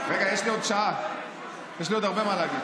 רגע, יש לי עוד שעה, יש לי עוד הרבה מה להגיד.